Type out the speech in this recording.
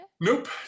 Nope